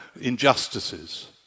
injustices